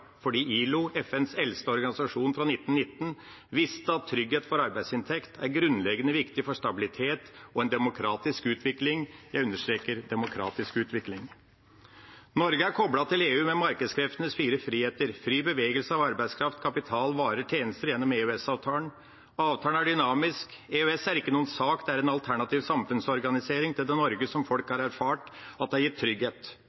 fordi ILO, FNs eldste organisasjon, fra 1919, visste at trygghet for arbeidsinntekt er grunnleggende viktig for stabilitet og en demokratisk utvikling. Jeg understreker «demokratisk utvikling». Norge er koblet til EU med markedskreftenes fire friheter – fri bevegelse av arbeidskraft, kapital, varer og tjenester – gjennom EØS-avtalen. Avtalen er dynamisk. EØS er ikke en sak. Det er en alternativ samfunnsorganisering til det Norge som folk